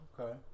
Okay